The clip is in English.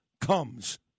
comes